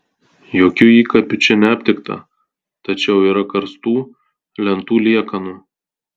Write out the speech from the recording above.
jokių įkapių čia neaptikta tačiau yra karstų lentų liekanų